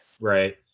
right